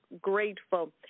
grateful